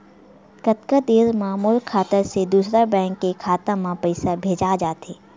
कतका देर मा मोर खाता से दूसरा बैंक के खाता मा पईसा भेजा जाथे?